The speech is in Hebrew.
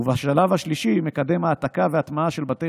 השלב השלישי מקדם העתקה והטמעה של בתי